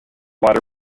water